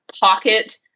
pocket